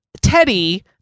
Teddy